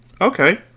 Okay